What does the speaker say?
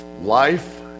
Life